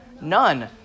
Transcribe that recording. None